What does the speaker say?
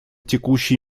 текущий